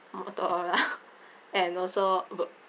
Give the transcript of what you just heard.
motorola and also be~